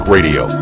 Radio